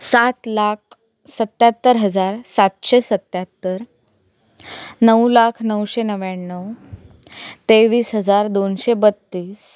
सात लाख सत्याहत्तर हजार सातशे सत्याहत्तर नऊ लाख नऊशे नव्याण्णऊ तेवीस हजार दोनशे बत्तीस